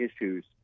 issues